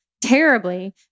terribly